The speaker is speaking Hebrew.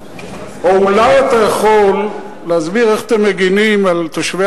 או אולי אתה יכול להסביר איך אתם מגינים על תושבי